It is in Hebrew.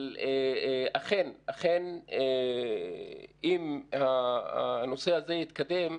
אבל אכן אם הנושא הזה יתקדם,